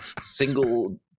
single